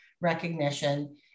recognition